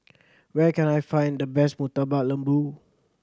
where can I find the best Murtabak Lembu